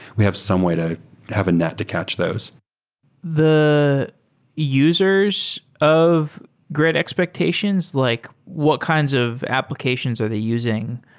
we have some way to have a net to catch those the users of great expectations, like what kinds of applications are they using?